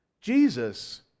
Jesus